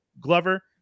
Glover